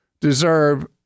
deserve